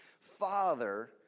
father